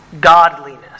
godliness